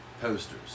posters